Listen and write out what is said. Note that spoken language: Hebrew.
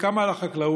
שקמה על החקלאות,